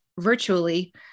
virtually